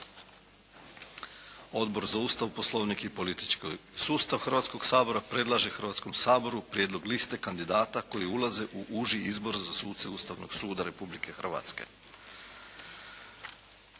Odbor za Ustav, Poslovnik i politički sustav Hrvatskog sabora predlaže Hrvatskom saboru prijedlog liste kandidata koji ulaze u uži izbor za suce Ustavnog suda Republike Hrvatske.